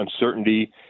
uncertainty